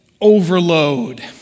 overload